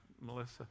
Melissa